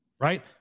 right